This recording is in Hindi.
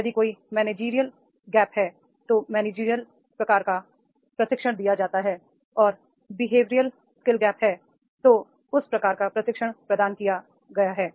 यदि कोई मैनेजरियल गैप है तो मैनेजरियल प्रकार का प्रशिक्षण दिया जाता है और बिहेवियर स्किल गैप है उस प्रकार का प्रशिक्षण प्रदान किया गया है